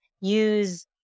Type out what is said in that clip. use